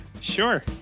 Sure